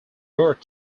birth